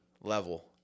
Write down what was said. level